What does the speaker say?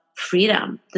freedom